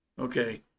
Okay